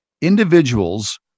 Individuals